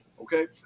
Okay